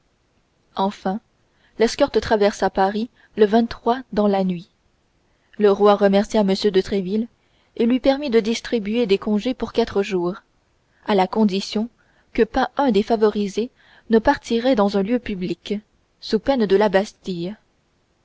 enfin l'escorte traversa paris le dans la nuit le roi remercia m de tréville et lui permit de distribuer des congés pour quatre jours à la condition que pas un des favorisés ne paraîtrait dans un lieu public sous peine de la bastille